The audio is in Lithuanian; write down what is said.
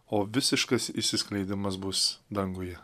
o visiškas išsiskleidimas bus danguje